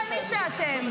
--- זה מי שאתם.